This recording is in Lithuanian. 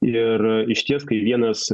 ir išties kai vienas nu